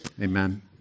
Amen